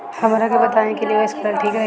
हमरा के बताई की निवेश करल ठीक रही?